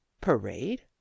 parade